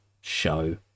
Show